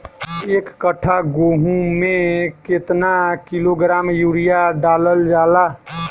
एक कट्टा गोहूँ में केतना किलोग्राम यूरिया डालल जाला?